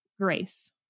grace